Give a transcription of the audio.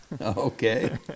Okay